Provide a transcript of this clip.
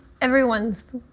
everyone's